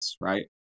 right